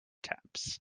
taps